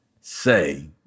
say